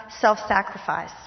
self-sacrifice